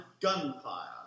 gunfire